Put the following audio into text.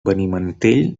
benimantell